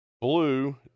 Blue